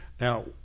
Now